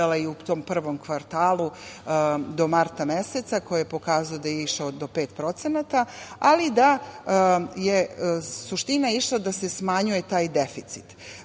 i u tom prvom kvartalu do marta meseca koji je pokazao da je išao do 5%, ali da je suština išla da se smanjuje taj deficit. Znači,